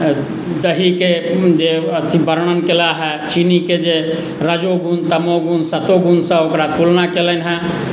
दहीके जे अथी वर्णन कयलाह हे चीनीके जे रजो गुण तमो गुण सतो गुणसँ ओकरा तुलना कयलनि हेँ